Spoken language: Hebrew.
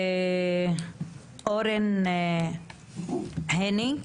אורן הניג,